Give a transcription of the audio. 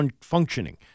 functioning